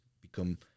become